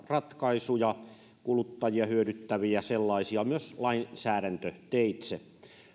ratkaisuja kuluttajia hyödyttäviä sellaisia myös lainsäädäntöteitse